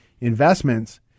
investments